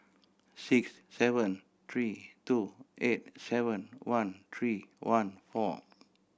six seven three two eight seven one three one four